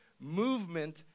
movement